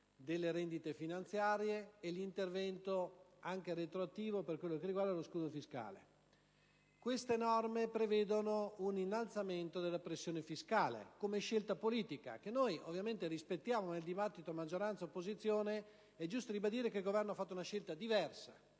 delle rendite finanziarie e a interventi, anche retroattivi, per quel che riguarda lo scudo fiscale. Queste norme prevedono un innalzamento della pressione fiscale come scelta politica, che noi ovviamente rispettiamo, nel dibattito maggioranza-opposizione. È giusto ribadire che il Governo ha fatto una scelta diversa,